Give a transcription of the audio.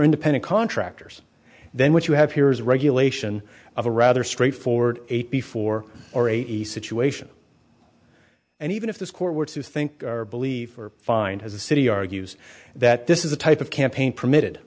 independent contractors then what you have here is regulation of a rather straightforward eighty four or a e situation and even if this court were to think or believe or find as a city argues that this is the type of campaign permitted